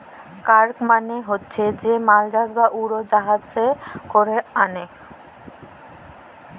cargo মালে হছে যে মালজাহাজ বা উড়জাহাজে ক্যরে আলে